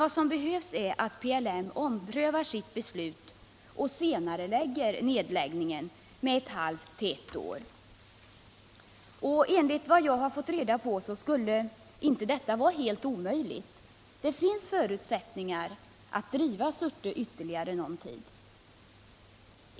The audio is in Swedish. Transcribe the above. Vad som behövs är att PLM omprövar sitt beslut och senarelägger nedläggningen med ett halvt till ett år. Enligt vad jag erfarit skulle detta inte vara helt omöjligt. Det finns förutsättningar att driva Surte Glasbruk ytterligare någon tid.